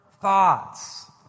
thoughts